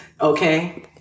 Okay